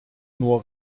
nur